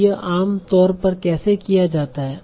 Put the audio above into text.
तो यह आम तौर पर कैसे किया जाता है